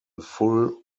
full